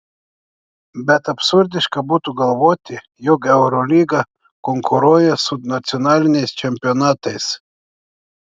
bet absurdiška būtų galvoti jog eurolyga konkuruoja su nacionaliniais čempionatais